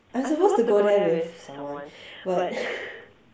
I'm supposed to go there with someone but